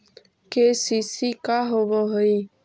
KCC का होव हइ?